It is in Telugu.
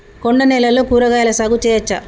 కొండ నేలల్లో కూరగాయల సాగు చేయచ్చా?